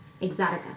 Exotica